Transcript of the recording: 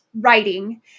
writing